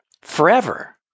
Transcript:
forever